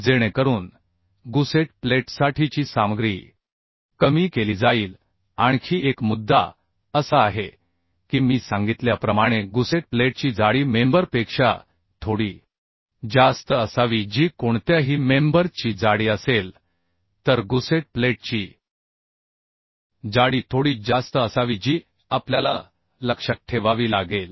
जेणेकरून गुसेट प्लेटसाठीची सामग्री कमी केली जाईल आणखी एक मुद्दा असा आहे की मी सांगितल्याप्रमाणे गुसेट प्लेटची जाडी मेंबर पेक्षा थोडी जास्त असावी जी कोणत्याही मेंबर ची जाडी असेल तर गुसेट प्लेटची जाडी थोडी जास्त असावी जी आपल्याला लक्षात ठेवावी लागेल